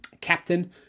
captain